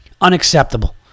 unacceptable